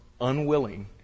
unwilling